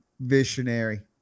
visionary